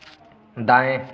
दाएँ